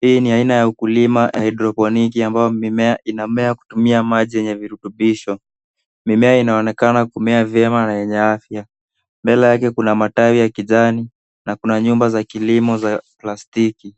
Hii ni aina ya ukulima ya haidroponiki ambapo mimea inamea kutumia maji yenye virutubisho. Mimea inaonekana kumea vyema na yenye afya. Mbele yake kuna matawi ya kijani na kuna nyumba za kilimo za plastiki.